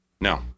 No